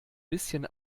bisschen